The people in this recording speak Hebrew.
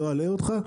אני לא אלאה אותך,